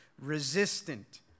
resistant